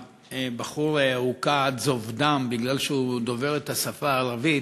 הבחור הוכה עד זוב דם בגלל שהוא דובר את השפה הערבית,